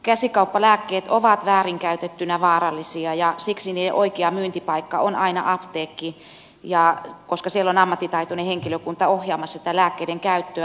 käsikauppalääkkeet ovat väärinkäytettyinä vaarallisia ja siksi niiden oikea myyntipaikka on aina apteekki koska siellä on ammattitaitoinen henkilökunta ohjaamassa tätä lääkkeiden käyttöä